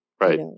Right